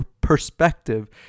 perspective